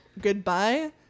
Goodbye